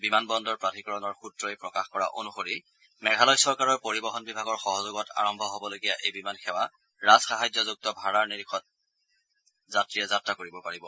বিমানবন্দৰ প্ৰাধিকৰণৰ সূত্ৰই প্ৰকাশ কৰা অনুসৰি মেঘালয় চৰকাৰৰ পৰিবহন বিভাগৰ সহযোগত আৰম্ভ কৰিবলগীয়া এই বিমানসেৱা ৰাজসাহায্যযুক্ত ভাড়াৰ নিৰীখত যাত্ৰীয়ে যাত্ৰা কৰিব পাৰিব